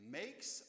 makes